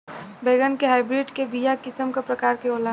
बैगन के हाइब्रिड के बीया किस्म क प्रकार के होला?